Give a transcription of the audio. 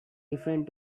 different